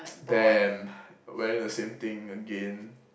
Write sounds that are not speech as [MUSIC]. [NOISE] damn [BREATH] wearing the same thing again